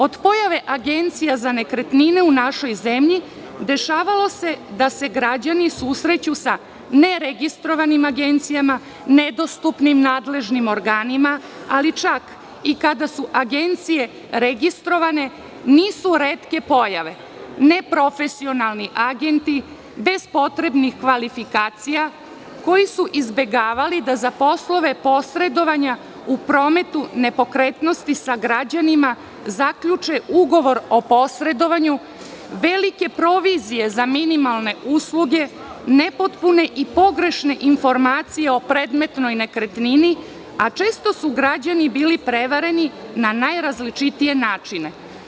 Od pojave agencija za nekretnine u našoj zemlji dešavalo se da se građani susreću sa neregistrovanim agencijama, nedostupnim nadležnim organima ali čak i kada su agencije registrovane nisu retke pojave neprofesionalni agenti, bez potrebnih kvalifikacija, koji su izbegavali da za poslove posredovanja u prometu nepokretnosti sa građanima zaključe ugovor o posredovanju, velike provizije za minimalne usluge, nepotpune i pogrešne informacije o predmetnoj nekretnini, a često su građani bili prevareni na najrazličitije načine.